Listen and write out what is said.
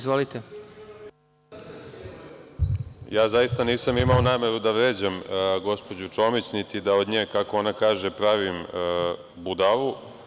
Zaista, nisam imao nameru da vređam gospođu Čomić, niti da od nje, kako ona kaže, pravim budalu.